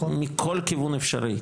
מכל כיוון אפשרי.